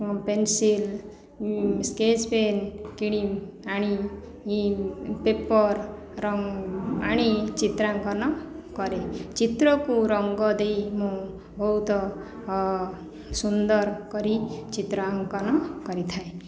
ମୁଁ pencil sketch pen କିଣି ଆଣି ପେପର୍ ଆଣି ଚିତ୍ରାଙ୍କନ କରେ ଚିତ୍ରକୁ ରଙ୍ଗ ଦେଇ ମୁଁ ବହୁତ ସୁନ୍ଦର କରି ଚିତ୍ର ଅଙ୍କନ କରିଥାଏ